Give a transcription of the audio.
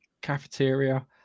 cafeteria